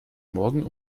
morgen